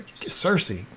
cersei